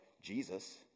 Jesus